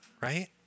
Right